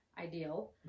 ideal